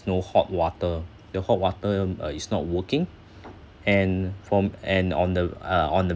no hot water the hot water uh it's not working and from and on the uh on the